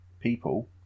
people